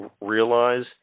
realize